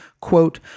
quote